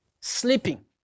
sleeping